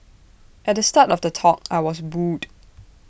at the start of the talk I was booed